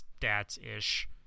stats-ish